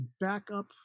backup